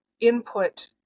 input